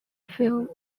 film